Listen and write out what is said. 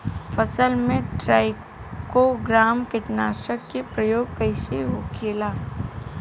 फसल पे trichogramma कीटनाशक के प्रयोग कइसे होखेला?